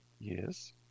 Yes